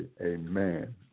amen